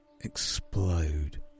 explode